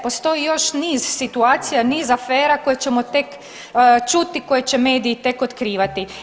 Postoji još niz situacija, niz afera koje ćemo tek čuti, koje će mediji tek otkrivati.